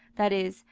that is,